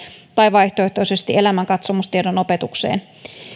tai vaihtoehtoisesti elämänkatsomustiedon opetukseen